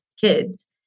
kids